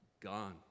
gone